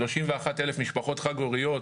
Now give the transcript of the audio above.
31,000 משפחות חד-הוריות,